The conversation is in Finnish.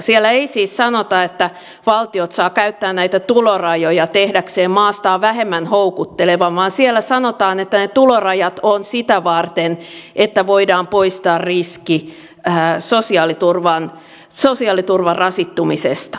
siellä ei siis sanota että valtiot saavat käyttää näitä tulorajoja tehdäkseen maastaan vähemmän houkuttelevamman vaan siellä sanotaan että ne tulorajat ovat sitä varten että voidaan poistaa riski sosiaaliturvan rasittumisesta